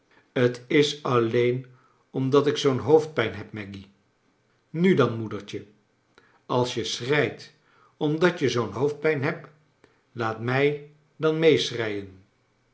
t is alleen omdat ik zoo'n hoofdpijn heb maggy nu dan moedertje als je schreit omdat je zoo'n hoofdpijn hebt laat mij dan